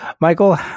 Michael